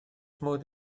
modd